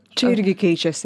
čia irgi keičiasi